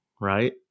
Right